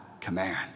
command